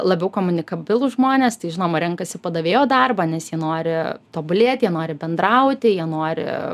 labiau komunikabilūs žmonės tai žinoma renkasi padavėjo darbą nes jie nori tobulėt jie nori bendrauti jie nori